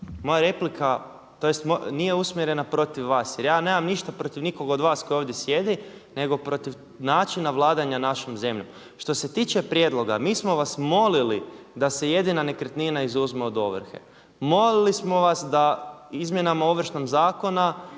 moja replika tj. nije usmjerena protiv vas jer ja nemam ništa protiv nikog od vas koji ovdje sjedi, nego protiv načina vladanja našom zemljom. Što se tiče prijedloga mi smo vas molili da se jedina nekretnina izuzme od ovrhe. Molili smo vas da izmjenama Ovršnog zakona